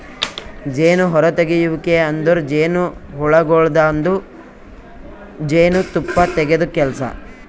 ಜೇನು ಹೊರತೆಗೆಯುವಿಕೆ ಅಂದುರ್ ಜೇನುಹುಳಗೊಳ್ದಾಂದು ಜೇನು ತುಪ್ಪ ತೆಗೆದ್ ಕೆಲಸ